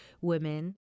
women